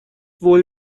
wohl